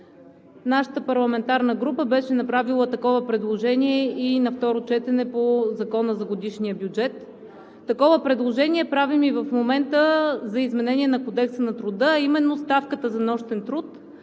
нашата парламентарна група беше направила такова предложение и на второ четене по Закона за годишния бюджет. Такова предложение правим и в момента – за изменение на Кодекса на труда, а именно ставката за нощен труд